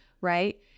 right